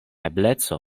ebleco